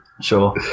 sure